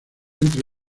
entre